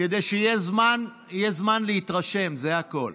כדי שיהיה זמן להתרשם, זה הכול.